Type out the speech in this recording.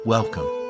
Welcome